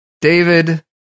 David